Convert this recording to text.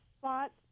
spots